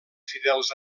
fidels